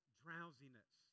drowsiness